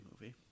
movie